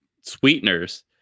sweeteners